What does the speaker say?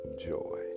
joy